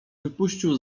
wypuścił